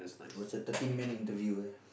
was a thirteen man interview eh